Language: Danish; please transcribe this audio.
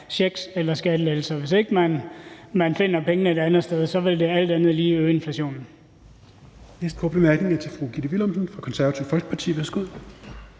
checks eller skattelettelser. Hvis man ikke finder pengene et andet sted, vil det alt andet lige øge løninflationen.